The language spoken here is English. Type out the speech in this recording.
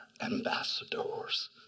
ambassadors